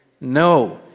No